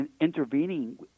intervening